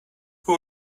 who